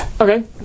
Okay